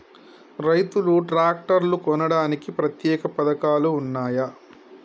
రైతులు ట్రాక్టర్లు కొనడానికి ప్రత్యేక పథకాలు ఉన్నయా?